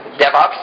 DevOps